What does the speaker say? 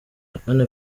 bwana